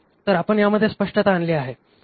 तर आपण ह्यामध्ये स्पष्टता आणली आहे